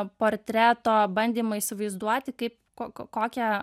portreto bandymą įsivaizduoti kaip ko ko kokią